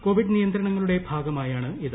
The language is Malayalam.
കോവിഡ് നിയന്ത്രണങ്ങളുടെ ഭാഗമായാണ് ഇത്